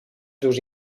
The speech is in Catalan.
durs